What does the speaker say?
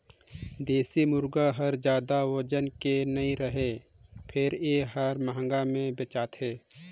देसी मुरगा हर जादा ओजन के नइ रहें फेर ए हर महंगा में बेचाथे